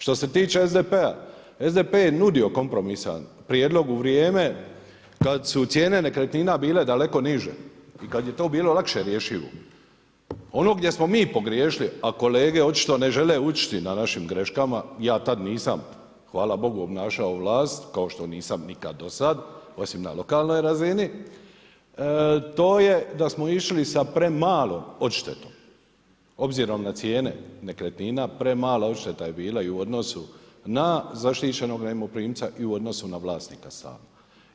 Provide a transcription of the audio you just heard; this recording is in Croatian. Što se tiče SDP-a, SDP je nudio kompromisan prijedlog u vrijeme kad su cijene nekretnina bila daleko niže i kad je to bilo lakše rješivo, ono gdje smo mi pogriješili, a kolege očito ne žele učiti na našim greškama, ja tad nisam hvala bogu obnašao vlast kao što nisam nikad do sad, osim na lokalnoj razini, to je da smo išlo sa premalom odštetom obzirom na cijene nekretnina, premala je odšteta bila i u odnosu na zaštićenog najmoprimca i u odnosu na vlasnika samoga.